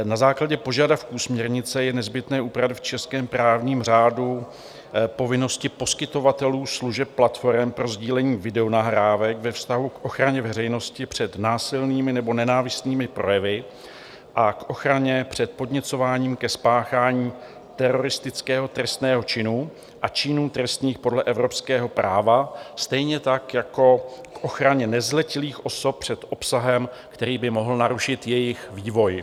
Na základě požadavků směrnice je nezbytné upravit v českém právním řádu povinnosti poskytovatelů služeb platforem pro sdílení videonahrávek ve vztahu k ochraně veřejnosti před násilnými nebo nenávistnými projevy a k ochraně před podněcováním ke spáchání teroristického trestného činu a činů trestných podle evropského práva, stejně tak jako k ochraně nezletilých osob před obsahem, který by mohl narušit jejich vývoj.